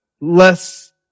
less